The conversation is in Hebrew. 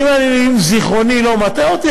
אם זיכרוני אינו מטעה אותי,